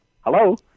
Hello